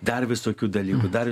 dar visokių dalykų dar